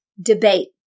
debate